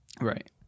Right